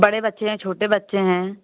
बड़े बच्चे हैं छोटे बच्चें हैं